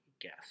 guess